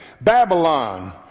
Babylon